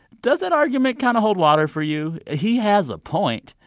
does that argument kind of hold water for you? he has a point.